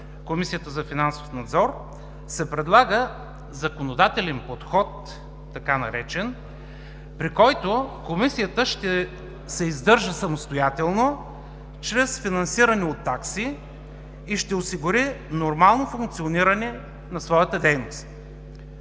Комисията за финансов надзор се предлага така наречен „законодателен подход“, при който Комисията ще се издържа самостоятелно чрез финансиране от такси и ще осигури нормално функциониране на своята дейност.